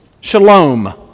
Shalom